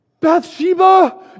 Bathsheba